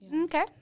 Okay